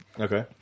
Okay